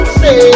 say